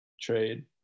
trade